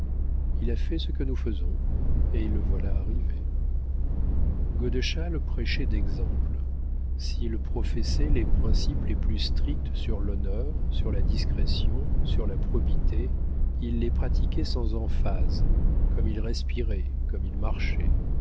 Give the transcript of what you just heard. il a fait ce que nous faisons et le voilà arrivé godeschal prêchait d'exemple s'il professait les principes les plus stricts sur l'honneur sur la discrétion sur la probité il les pratiquait sans emphase comme il respirait comme il marchait